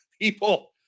people